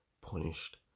punished